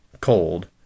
cold